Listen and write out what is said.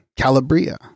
Calabria